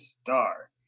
star